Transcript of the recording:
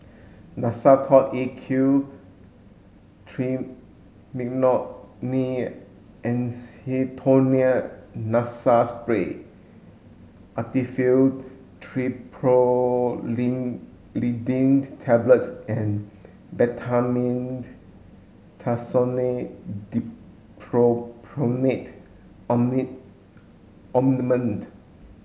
Nasacort A Q Triamcinolone Acetonide Nasal Spray Actifed Tablets and Betamethasone Dipropionate Ointment